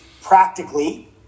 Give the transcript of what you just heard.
practically